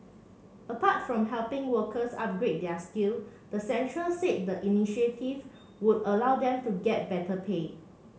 apart from helping workers upgrade their skill the centre said the initiative would allow them to get better pay